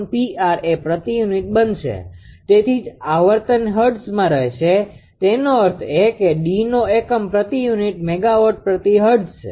તેથી એ પ્રતિ યુનિટ બનશે તેથી જ આવર્તન હર્ટઝમાં રહેશે તેનો અર્થ એ કે Dનો એકમ પ્રતિ યુનિટ મેગાવોટ પ્રતિ હર્ટ્ઝ છે